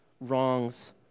wrongs